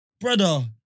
Brother